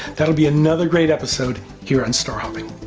that will be another great episode here on star hopping.